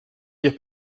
dire